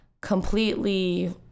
completely